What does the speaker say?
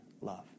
love